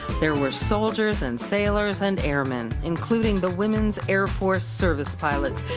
there were soldiers and sailors and airmen, including the women's air force service pilots,